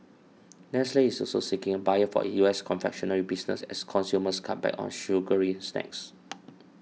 nestle is also seeking a buyer for its U S confectionery business as consumers cut back on sugary snacks